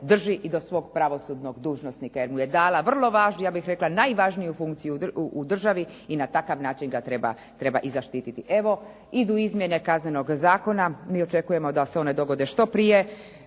drži i do svog pravosudnog dužnosnika, jer mu je dala vrlo važnu, ja bih rekla najvažniju funkciju u državi i na takav način ga treba i zaštititi. Evo idu izmjene Kaznenog zakona. Mi očekujemo da se one dogode što prije.